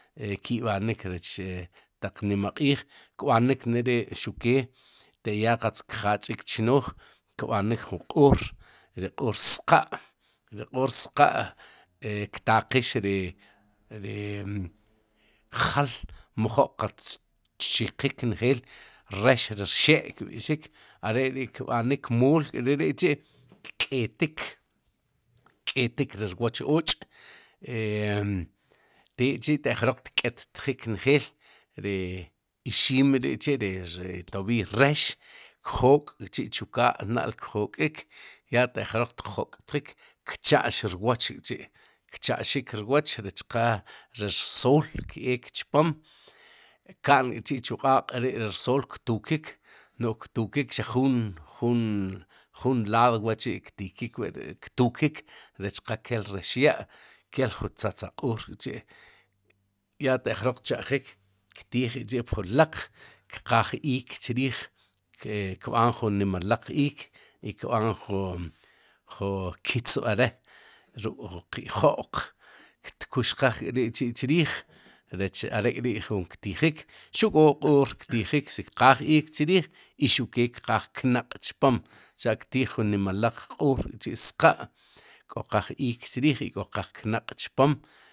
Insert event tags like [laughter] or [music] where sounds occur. [hesitation] Ki'b'anik recha e taq nima q'iij, kb'anik neri'ruq kee, taq ya kjach'ik ri chnooj. kb'anik jun q'oor ri q'oor sqa' ri q'oor sqa' [hesitation] ktaqix ri ri jaal mjo'q qatz tchiqik njeej rex ri rxe'kb'ixik, are'ri'kb'anik, kmool re re'chi' kk'etik, kk'etik ri rwooch och' e [hesitation] tek'chi'ataq jroq tk'ettjik njeel ri ixiim ixiim re ri chi ri toviy rex kjok'k'chi'chu kaa' nál kjok'ik, ya ataq jroq tjok'tjik, kcha'xrwooch k'chi' kcha'xik rwooch rech qa ri rsool keek chpoom ka'n k'chi'chu q'aq' ri rsool ktukik no'j ktukik, xaq juun jun jun laad wa'chi' ktikik wi' ri ktukik rech qa kel rex ya' kel ju tzatza q'oor k'chi' ya taq jor tcheq'jik ktiij k'chi'pjun laq kqaaj iik chriij kb'aan ju nima laq iik i kb'aan ju ju kitzb'al re ruk'ju qe jo'q ktuxqaj k'rere chriij rech are k'ri'jun ktijik xuq k'o qoor ktijik si qaaj iik chriij i xuq kee kqaaj knaq'chpom sicha'ktiij ju nima laq q'oor k'chi'sqa' k'oqaj iik chriij i k'oqaaj knaq' chpom.